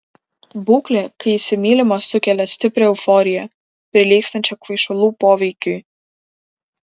būklė kai įsimylima sukelia stiprią euforiją prilygstančią kvaišalų poveikiui